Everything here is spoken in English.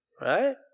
right